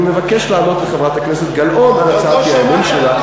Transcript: אני מבקש לענות לחברת הכנסת גלאון על הצעת האי-אמון שלה,